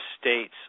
state's